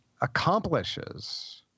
accomplishes